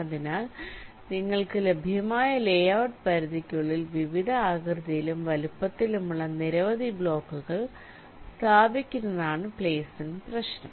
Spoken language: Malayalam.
അതിനാൽ നിങ്ങൾക്ക് ലഭ്യമായ ലേഔട്ട്പ രിധിക്കുള്ളിൽ വിവിധ ആകൃതിയിലും വലുപ്പത്തിലുമുള്ള നിരവധി ബ്ലോക്കുകൾ സ്ഥാപിക്കുന്നതാണ് പ്ലെയ്സ്മെന്റ് പ്രശ്നം